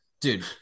dude